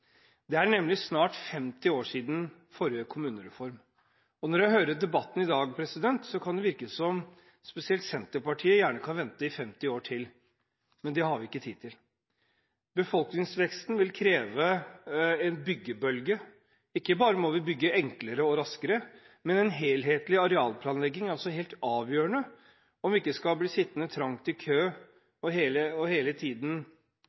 Det er nemlig snart 50 år siden forrige kommunereform, og når jeg hører debatten i dag, kan det virke som om spesielt Senterpartiet gjerne kan vente i 50 år til, men det har vi ikke tid til. Befolkningsveksten vil kreve en byggebølge – ikke bare må vi bygge enklere og raskere, men en helhetlig arealplanlegging er også helt avgjørende om vi ikke skal bli sittende trangt i kø og hele tiden